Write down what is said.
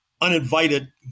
uninvited